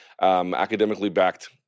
academically-backed